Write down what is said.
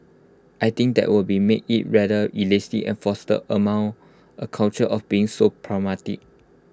I think that would be make IT rather elitist and foster among A culture of being so pragmatic